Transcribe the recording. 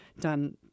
done